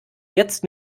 jetzt